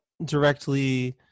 directly